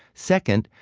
second,